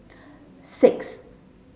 six